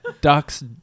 Ducks